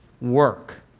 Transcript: work